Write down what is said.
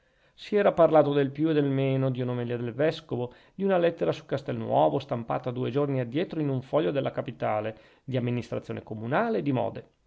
si era parlato del più e del meno di un'omelia del vescovo di una lettera su castelnuovo stampata due giorni addietro in un foglio della capitale di amministrazione comunale e di mode